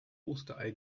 osterei